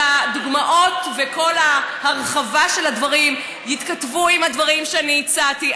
שהדוגמאות וכל ההרחבה של הדברים יתכתבו עם הדברים שאני הצעתי.